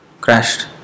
Crashed